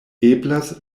eblas